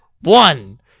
one